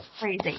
crazy